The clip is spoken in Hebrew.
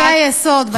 חוקי-היסוד,